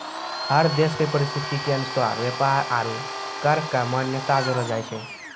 हर देश के परिस्थिति के अनुसार व्यापार आरू कर क मान्यता देलो जाय छै